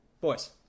Boys